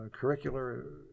curricular